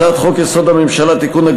הצעת חוק-יסוד: הממשלה (תיקון,